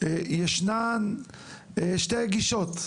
יש שתי גישות.